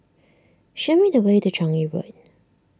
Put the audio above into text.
show me the way to Changi Road